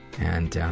and,